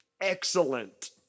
excellent